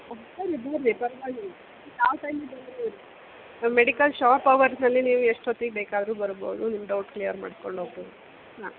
ಒ ಬನ್ರಿ ಬನ್ರಿ ಪರವಾಗಿಲ್ಲ ಯಾವ ಟೈಮಿಗೆ ಬಂದರೂ ಮೆಡಿಕಲ್ ಶಾಪ್ ಅವರ್ಸ್ನಲ್ಲಿ ನೀವು ಎಷ್ಟೊತ್ತಿಗೆ ಬೇಕಾದ್ರೂ ಬರ್ಬೋದು ನಿಮ್ಮ ಡೌಟ್ ಕ್ಲಿಯರ್ ಮಾಡ್ಕೊಂಡು ಹೋಗ್ಬೋದು ಹಾಂ